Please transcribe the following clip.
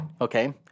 Okay